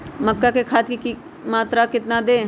मक्का में खाद की मात्रा कितना दे?